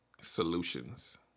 Solutions